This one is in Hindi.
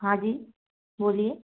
हाँ जी बोलिए